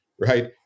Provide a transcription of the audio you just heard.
right